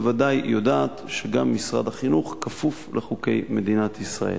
בוודאי יודעת שגם משרד החינוך כפוף לחוקי מדינת ישראל,